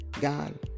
God